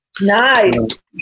Nice